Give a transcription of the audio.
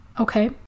Okay